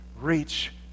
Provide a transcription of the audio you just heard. reach